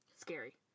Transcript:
scary